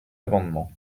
amendement